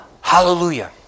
Hallelujah